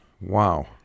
wow